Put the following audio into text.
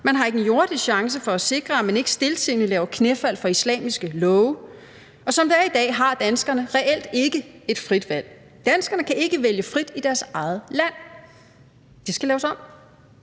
Man har ikke en jordisk chance for at sikre, at man ikke laver knæfald for islamiske love. Og som der er i dag, har danskerne reelt ikke et frit valg; danskerne kan ikke vælge frit i deres eget land. Det skal laves om.